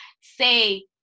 say